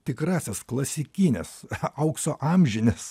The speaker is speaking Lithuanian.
tikrasis klasikinis aukso amžinis